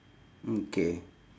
mm K